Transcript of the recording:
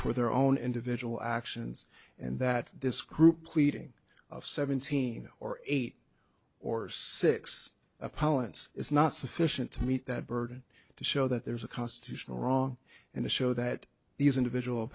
for their own individual actions and that this group pleading of seventeen or eight or six pollens is not sufficient to meet that burden to show that there's a constitutional wrong and to show that these individual